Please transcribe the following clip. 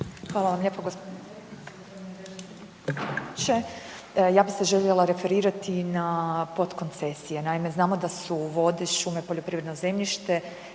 Hvala vam lijepo gospodine predsjedniče. Ja bih se željela referirati na potkoncesije, naime znamo da su vode, šume, poljoprivredno zemljište